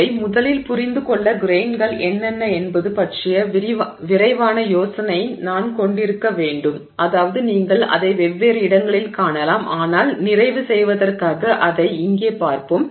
இதை முதலில் புரிந்து கொள்ள கிரெய்ன்கள் என்னென்ன என்பது பற்றிய விரைவான யோசனையை நான் கொண்டிருக்க வேண்டும் அதாவது நீங்கள் அதை வெவ்வேறு இடங்களில் காணலாம் ஆனால் நிறைவு செய்வதற்காக அதை இங்கே பார்ப்போம்